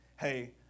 hey